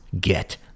get